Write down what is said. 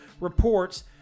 reports